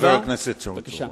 חבר הכנסת צרצור.